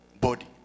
body